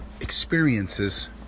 experiences